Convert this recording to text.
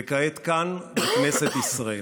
וכעת כאן, בכנסת ישראל.